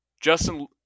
Justin